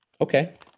Okay